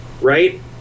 Right